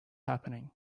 happening